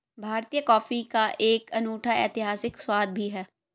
भारतीय कॉफी का एक अनूठा ऐतिहासिक स्वाद भी है